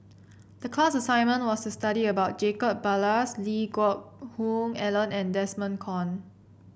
the class assignment was to study about Jacob Ballas Lee Geck Hoon Ellen and Desmond Kon